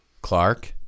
Clark